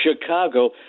Chicago